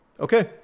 Okay